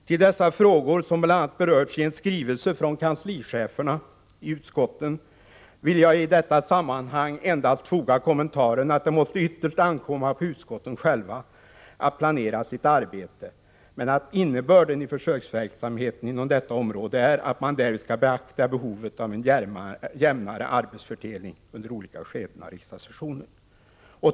Till dessa frågor, som bl.a. berörts i en skrivelse från kanslicheferna i utskotten, vill jag i detta sammanhang endast foga kommentaren att det ytterst måste ankomma på utskotten själva att planera sitt arbete, men innebörden i försöksverksamheten inom detta område är att man därvid skall beakta behovet av en jämnare arbetsfördelning under olika skeden av riksdagssessionen.